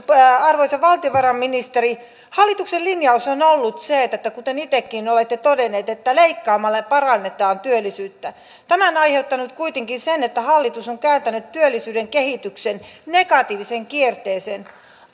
arvoisa valtiovarainministeri hallituksen linjaus on ollut se kuten itsekin olette todenneet että leikkaamalla parannetaan työllisyyttä tämä on aiheuttanut kuitenkin sen että hallitus on kääntänyt työllisyyden kehityksen negatiiviseen kierteeseen